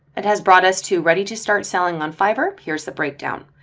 it has brought us to ready to start selling on fiverr. here's the breakdown.